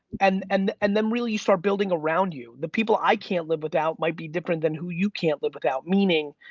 and and and then really start building around you. the people i can't live without might be different than who you can't live without, meaning,